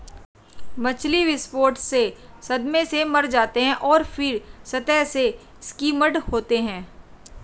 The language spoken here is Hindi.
मछली विस्फोट से सदमे से मारे जाते हैं और फिर सतह से स्किम्ड होते हैं